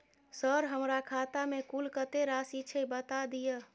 Sir हमरा खाता में कुल कत्ते राशि छै बता दिय?